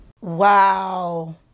Wow